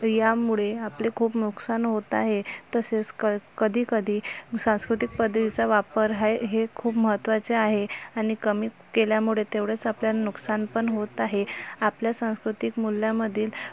यामुळे आपले खूप नुकसान होत आहे तसेच कधी कधी सांस्कृतिक पद्धतीचा वापर हा हे खूप महत्वाचे आहे आणि कमी केल्यामुळे तेवढेच आपल्याला नुकसान पण होत आहे आपल्या सांस्कृतिक मूल्यांमधील